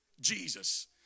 Jesus